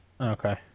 Okay